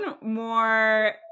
more